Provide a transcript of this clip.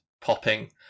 popping